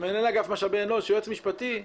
מנהל אגף משאבי אנוש, יועץ משפטי.